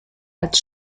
als